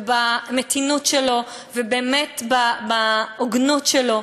במתינות שלו ובהוגנות שלו,